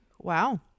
wow